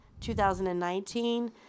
2019